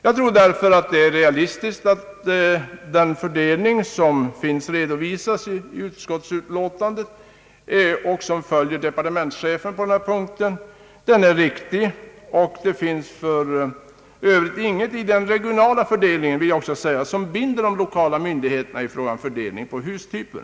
Jag anser därför att den fördelning som redovisas i utskottsutlåtandet och som följer departementschefens förslag på denna punkt är riktig. Det finns för Övrigt ingenting i den regionala fördelningen som binder de lokala myndigheterna i fråga om fördelningen på hustyper.